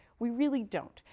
we really don't.